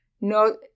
no